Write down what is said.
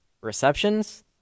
receptions